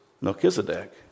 Melchizedek